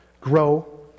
Grow